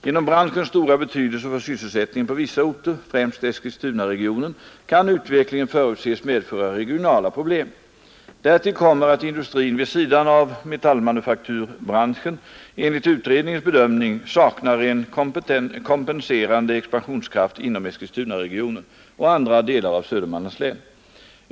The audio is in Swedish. Genom branschens stora betydelse för sysselsättningen på vissa orter, främst Eskilstunaregionen, kan utvecklingen förutses medföra regionala problem. Därtill kommer att industrin vid sidan av metallmanufakturbranschen enligt utredningens bedömning saknar en kompenserande expansionskraft inom Eskilstunaregionen och andra delar av Södermanlands län.